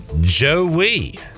joey